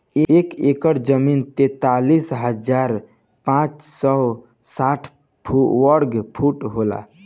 एक एकड़ जमीन तैंतालीस हजार पांच सौ साठ वर्ग फुट होला